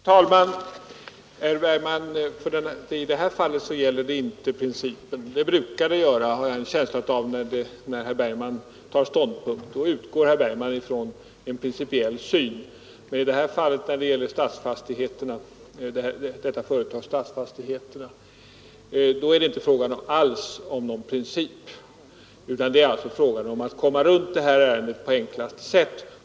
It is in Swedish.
Onsdagen den Herr talman! I detta fall gäller det inte principerna, herr Bergman. Jag 6 december 1972 har en känsla av att det brukar göra det, när herr Bergman tar ——— åndpunkt. Ofta utgår han från en principiell syn. Men när det gäller företaget AB Stadsfastigheter är det tydligen inte fråga om någon princip. Här gäller det att komma runt ärendet på enklaste sätt.